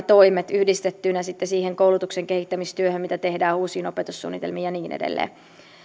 toimet yhdistettyinä sitten siihen koulutuksen kehittämistyöhön mitä tehdään uusiin opetussuunnitelmiin ja niin edelleen